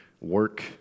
work